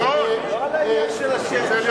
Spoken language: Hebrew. לא על העניין של השם.